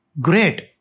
great